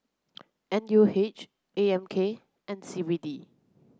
N U H A M K and C B D